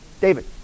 David